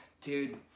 dude